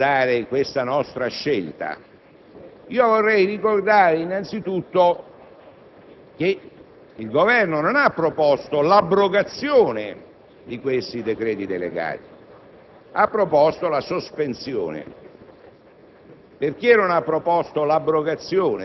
Perché, ci si potrebbe domandare, questa nostra scelta? Vorrei ricordare innanzitutto che il Governo non ha proposto l'abrogazione di quei decreti delegati, ma la loro sospensione.